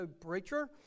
Preacher